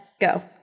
go